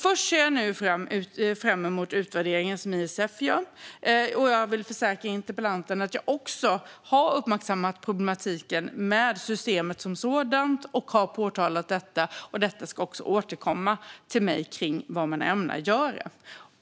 Först ser jag nu fram emot den utvärdering som ISF gör. Jag vill försäkra interpellanten att jag också har uppmärksammat problematiken med systemet som sådant. Jag har påtalat detta, och man ska återkomma till mig med vad man ämnar göra.